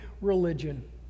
religion